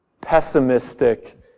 pessimistic